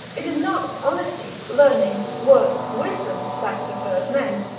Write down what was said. it is not honesty, learning, worth, wisdom, that prefers men,